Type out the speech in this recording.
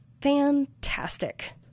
fantastic